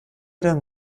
denn